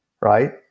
right